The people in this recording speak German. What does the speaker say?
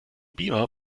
beamer